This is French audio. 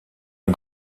une